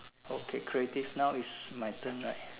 okay creative now is my turn right